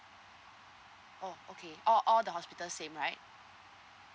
oh okay all all the hospital same right